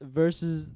versus